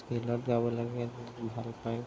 স্কেলত গাব লাগে ভাল পায়